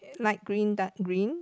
light green dark green